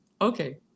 okay